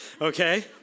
Okay